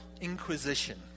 inquisition